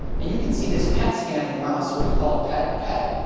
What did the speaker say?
and you can see this pet scan of a mouse what we call a pet pet.